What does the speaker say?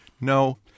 No